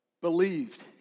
believed